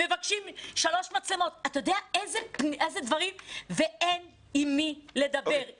מבקשים שלוש מצלמות ואין עם מי לדבר,